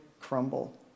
crumble